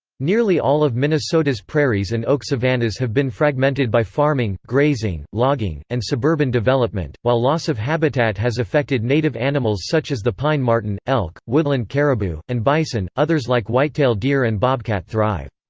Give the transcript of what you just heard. nearly all of minnesota's prairies and oak savannas have been fragmented by farming, grazing, logging, and suburban development while loss of habitat has affected native animals such as the pine marten, elk, woodland caribou, and bison, others like whitetail deer and bobcat thrive.